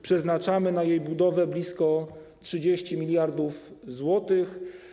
Przeznaczamy na jej budowę blisko 30 mld zł.